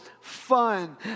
fun